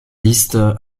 liste